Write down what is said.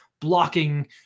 blocking